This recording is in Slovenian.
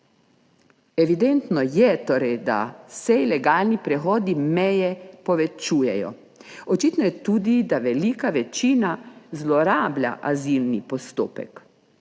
Evidentno je torej, da se ilegalni prehodi meje povečujejo. Očitno je tudi, da velika večina zlorablja azilni postopek,